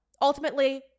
ultimately